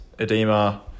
edema